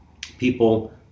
people